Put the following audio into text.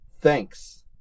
Thanks